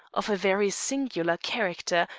of a very singular character,